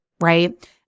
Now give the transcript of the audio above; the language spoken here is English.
right